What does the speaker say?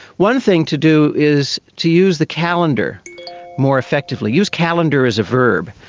one thing to do is to use the calendar more effectively, use calendar as a verb,